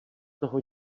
toho